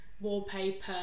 wallpaper